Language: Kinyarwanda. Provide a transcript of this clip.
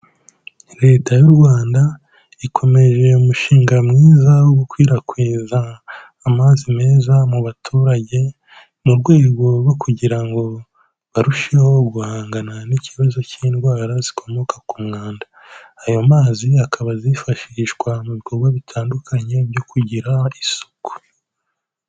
Leta y'u Rwanda, ikomeje umushinga mwiza wo gukwirakwiza amazi meza mu baturage, mu rwego rwo kugira ngo barusheho guhangana n'ikibazo cy'indwara zikomoka ku mwanda. Ayo mazi, akaba azifashishwa mu bikorwa bitandukanye byo kugira isuku.